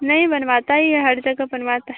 नहीं बनवाता यह हर जगह बनवाता